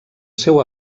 seu